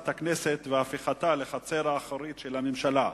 הכנסת ולהפיכתה לחצר האחורית של הממשלה.